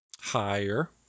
Higher